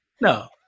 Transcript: No